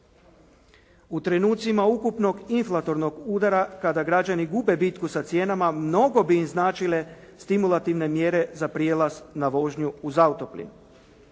U trenucima ukupnog inflatornog udara, kada građani gube bitku sa cijenama, mnogo bi im značile stimulativne mjere za prijelaz na vožnju uz auto plin.